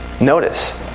Notice